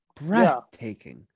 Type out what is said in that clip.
Breathtaking